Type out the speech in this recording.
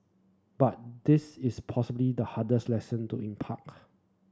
but this is possibly the hardest lesson to